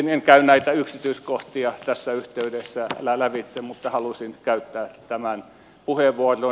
en käy näitä yksityiskohtia tässä yhteydessä lävitse mutta halusin käyttää tämän puheenvuoron